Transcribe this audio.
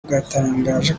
bwatangaje